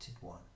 one